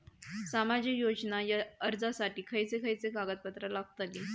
सामाजिक योजना अर्जासाठी खयचे खयचे कागदपत्रा लागतली?